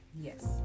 Yes